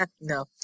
No